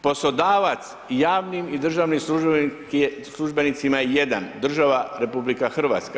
Poslodavac javnim i državnim službenicima je jedan, država RH.